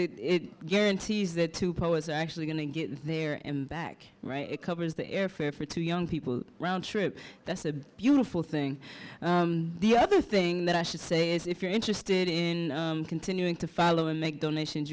because it guarantees that two poets actually going to get there and back right it covers the airfare for two young people round trip that's a beautiful thing the other thing that i should say is if you're interested in continuing to follow and make donations